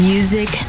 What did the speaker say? Music